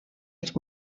els